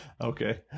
Okay